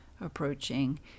approaching